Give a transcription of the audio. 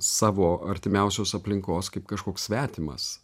savo artimiausios aplinkos kaip kažkoks svetimas